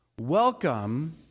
welcome